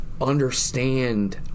understand